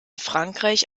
frankreich